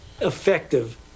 effective